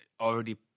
already